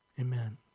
Amen